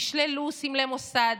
תשללו סמלי מוסד,